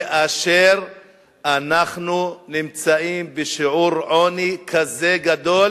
כאשר אנחנו נמצאים בשיעור עוני כזה גדול